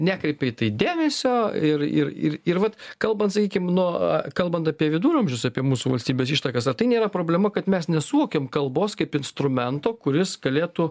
nekreipia į tai dėmesio ir ir ir ir vat kalbant sakykim nuo a kalbant apie viduramžius apie mūsų valstybės ištakas ar tai nėra problema kad mes nesuvokiam kalbos kaip instrumento kuris galėtų